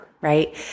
right